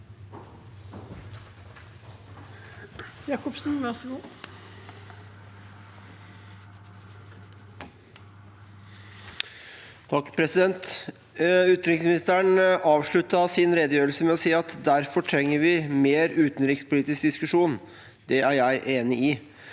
(A) Utenriksministeren avsluttet sin redegjørelse med å si: «Derfor trenger vi mer utenrikspolitisk diskusjon.» Det er jeg enig i.